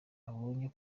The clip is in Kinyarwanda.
abonye